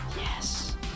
yes